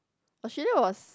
Australia was